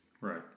Right